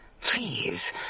please